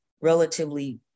relatively